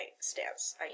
stance